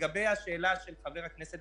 הרשויות